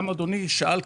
גם אדוני שאל,